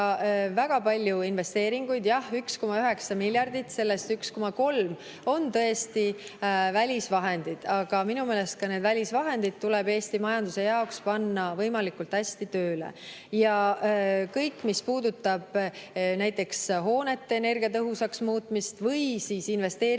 väga palju investeeringuid. Jah, 1,9 miljardist eurost 1,3 miljardit on tõesti välisvahendid, aga minu meelest ka need välisvahendid tuleb Eesti majanduse jaoks panna võimalikult hästi tööle. Ja mis puudutab näiteks hoonete energiatõhusaks muutmist või investeeringuid